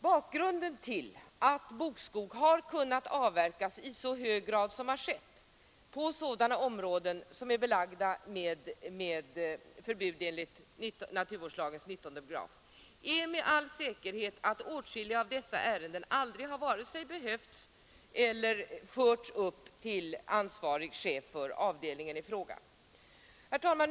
Bakgrunden till att bokskog har kunnat avverkas i så stor utsträckning som skett på områden som är belagda med förbud mot avverkning enligt 19 8 naturvårdslagen är med all säkerhet att åtskilliga av dessa ärenden aldrig har förts upp till den ansvarige chefen för avdelningen i fråga och inte heller behövt föras upp till honom.